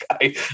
guy